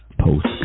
post